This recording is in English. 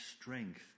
strength